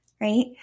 right